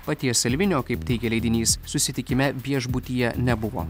paties salvinio kaip teigia leidinys susitikime viešbutyje nebuvo